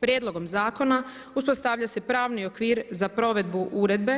Prijedlogom zakona uspostavlja se pravni okvir za provedbu Uredbe